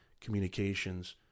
communications